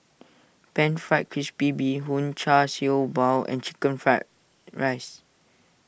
Pan Fried Crispy Bee Hoon Char Siew Bao and Chicken Fried Rice